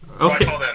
Okay